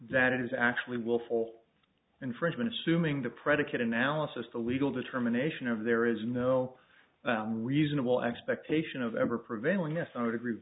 that is actually willful infringement assuming the predicate analysis the legal determination of there is no reasonable expectation of ever prevailing yes i would agree